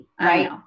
Right